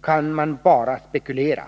kan man bara spekulera.